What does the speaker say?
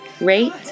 Rate